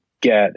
get